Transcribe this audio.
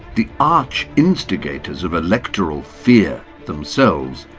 the arch instigators of electoral fear themselves,